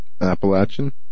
Appalachian